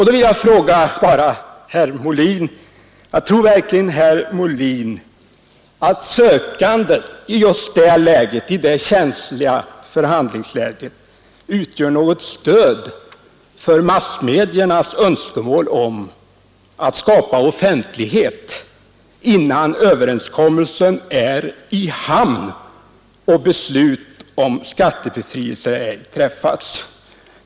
Då vill jag fråga herr Molin: Tror verkligen herr Molin att enskilt sökande i just det känsliga förhandlingsläget utgör något stöd för massmediernas önskemål att skapa offentlighet, innan överenskommelsen förts i hamn och beslut om skattebefrielse träffats?